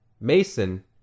Mason